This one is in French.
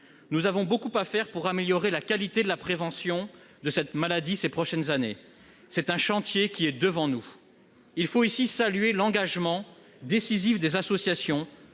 Nous avons beaucoup à faire pour améliorer la qualité de la prévention de cette maladie ces prochaines années. Ce chantier est devant nous. Il faut ici saluer l'engagement décisif des associations,